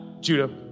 Judah